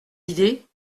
idées